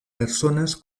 personas